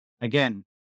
again